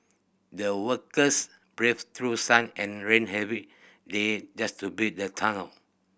the workers braved through sun and rain every day just to build the tunnel